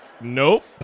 Nope